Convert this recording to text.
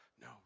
No